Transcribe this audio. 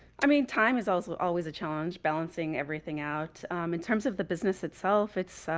i mean time is also always a challenge balancing everything out in terms of the business itself. it's,